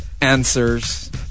answers